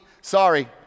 Sorry